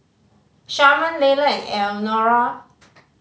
Sharman Leila and Elnora